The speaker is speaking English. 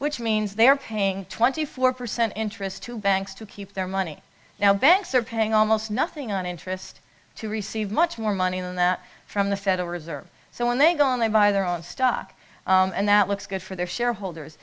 which means they are paying twenty four percent interest to banks to keep their money now banks are paying almost nothing on interest to receive much more money than that from the federal reserve so when they go in they buy their own stock and that looks good for their shareholders